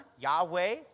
Yahweh